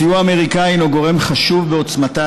הסיוע האמריקני הינו גורם חשוב בעוצמתה